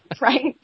right